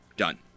Done